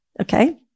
Okay